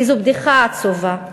איזו בדיחה עצובה.